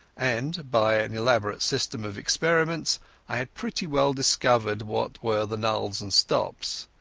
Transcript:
and by an elaborate system of experiments i had pretty well discovered what were the nulls and stops.